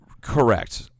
Correct